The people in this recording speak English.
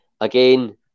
again